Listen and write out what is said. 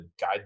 guide